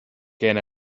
can